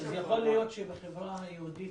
יש הפרדה --- אז יכול להיות שבחברה היהודית,